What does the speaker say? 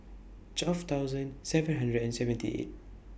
twelve thousand seven hundred and seventy eight